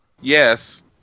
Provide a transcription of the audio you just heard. yes